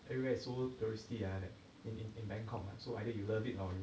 everywhere so thirsty ah at in in bangkok ah so either you love it or you